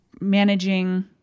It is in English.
managing